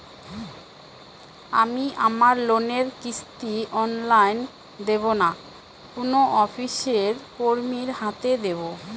আমি আমার লোনের কিস্তি অনলাইন দেবো না কোনো অফিসের কর্মীর হাতে দেবো?